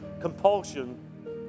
compulsion